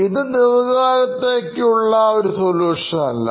ഇത് ദീർഘകാലത്തേക്ക് ഉള്ള ഒരു സൊലൂഷൻ അല്ല